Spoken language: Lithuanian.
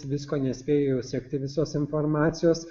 visko nespėju sekti visos informacijos